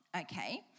okay